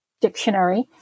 dictionary